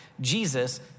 Jesus